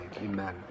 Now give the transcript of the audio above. Amen